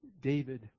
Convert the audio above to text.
David